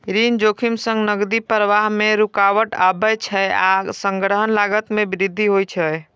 ऋण जोखिम सं नकदी प्रवाह मे रुकावट आबै छै आ संग्रहक लागत मे वृद्धि होइ छै